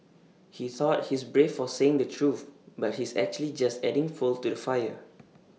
he thought he's brave for saying the truth but he's actually just adding fuel to the fire